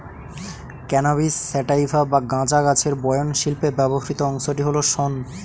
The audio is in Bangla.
ক্যানাবিস স্যাটাইভা বা গাঁজা গাছের বয়ন শিল্পে ব্যবহৃত অংশটি হল শন